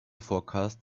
forecast